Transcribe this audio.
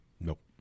Nope